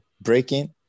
Breaking